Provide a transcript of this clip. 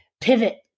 Pivot